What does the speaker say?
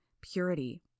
Purity